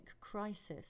Crisis